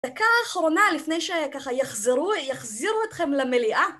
דקה אחרונה לפני שככה יחזרו, יחזירו אתכם למליאה